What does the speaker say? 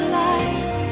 life